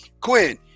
Quinn